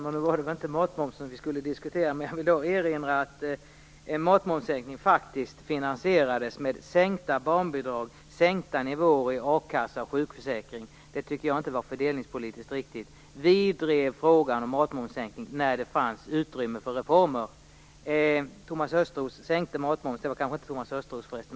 Fru talman! Det var inte matmomsen vi skulle diskutera, men jag vill erinra om att en matmomssänkning faktiskt finansierades med sänkta barnbidrag, sänkta nivåer i a-kassa och sjukförsäkring. Det tycker jag inte var fördelningspolitiskt riktigt. Vi drev frågan om matmomssänkning när det fanns utrymme för reformer.